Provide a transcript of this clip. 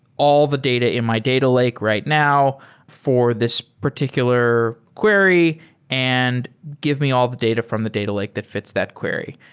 all the data in my data lake right now for this particular query and give me all the data from the data lake that fi ts that query.